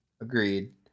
Agreed